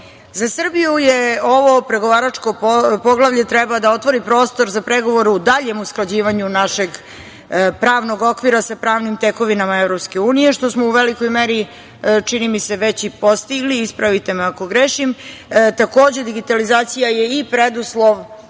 Srbiju ovo pregovaračko poglavlje treba da otvori prostor za pregovore u daljem usklađivanju našeg pravnog okvira sa pravnim tekovinama EU što smo u velikoj meri, čini mi se, već i postigli, ispravite me ako grešim. Takođe, digitalizacija je i preduslov